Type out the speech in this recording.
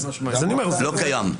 זה לא קיים.